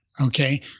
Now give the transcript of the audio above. okay